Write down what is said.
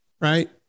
right